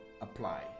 apply